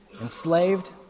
enslaved